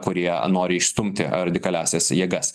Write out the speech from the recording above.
kurie nori išstumti radikaliąsias jėgas